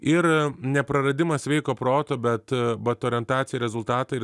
ir nepraradimas sveiko proto bet vat orientacija į rezultatą ir